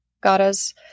goddess